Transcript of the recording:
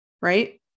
right